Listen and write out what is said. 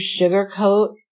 sugarcoat